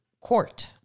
court